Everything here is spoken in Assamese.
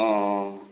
অঁ অঁ